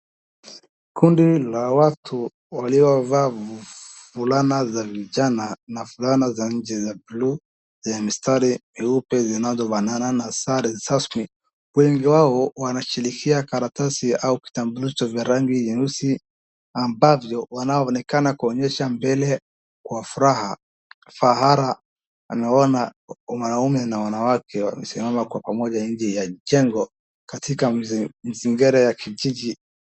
Kundi la watu waliovaa fulana za vijana na fulana za nje za bluu, zenye mistari mieupe zinazofanana na sare rasmi. Wengi wao wanashikiria karatasi au kitabu cha rangi nyeusi ambavyo wanao onekana kuonyesha mbele kwa furaha, fahara anawaona wanaume na wanawake wamesimama kwa pamoja nje ya jengo katika mzingara ya kijiji.